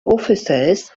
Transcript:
officers